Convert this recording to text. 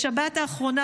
בשבת האחרונה,